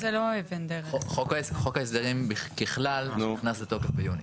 חוק ההסדרים ככל, נכנס לתוקף ביוני.